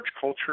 culture